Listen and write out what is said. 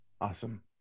Awesome